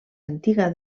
antiga